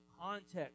context